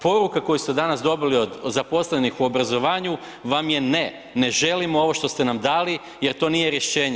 Poruka koju ste danas dobili od zaposlenih u obrazovanju vam je ne, ne želim ovo što ste nam dali jer to nije rješenje.